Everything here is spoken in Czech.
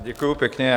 Děkuji pěkně.